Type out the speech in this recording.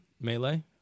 Melee